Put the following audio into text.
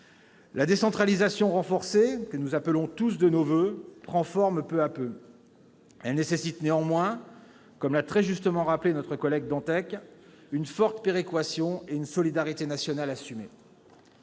La décentralisation renforcée, que nous appelons tous de nos voeux, prend forme peu à peu. Elle nécessite néanmoins, comme l'a très justement rappelé notre collègue Ronan Dantec, une forte péréquation et une solidarité nationale assumée.